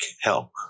help